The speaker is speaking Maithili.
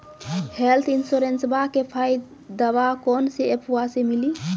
हेल्थ इंश्योरेंसबा के फायदावा कौन से ऐपवा पे मिली?